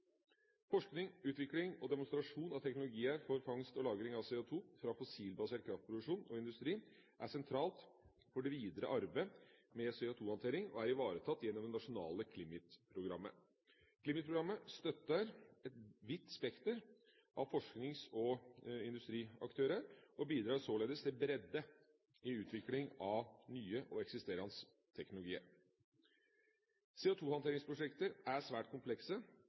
Forskning, utvikling og demonstrasjon av teknologier for fangst og lagring av CO2 fra fossilbasert kraftproduksjon og -industri er sentralt for det videre arbeidet med CO2-håndtering, og er ivaretatt gjennom det nasjonale CLIMIT-programmet. CLIMIT-programmet støtter et vidt spekter av forsknings- og industriaktører, og bidrar således til bredde i utviklingen av nye og eksisterende teknologier. CO2-håndteringsprosjekter er svært komplekse,